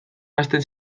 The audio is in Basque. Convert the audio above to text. hasten